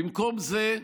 במקום זה,